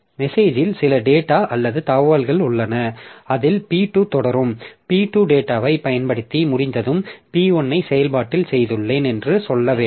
மெசேஜில் சில டேட்டா அல்லது தகவல்கள் உள்ளன அதில் P2 தொடரும் P2 டேட்டாவைப் பயன்படுத்தி முடிந்ததும் P1 ஐ செயல்பாட்டில் செய்துள்ளேன் என்று சொல்ல வேண்டும்